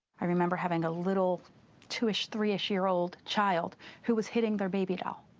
i remember having a little two-ish, three-ish-year-old child who was hitting their baby doll.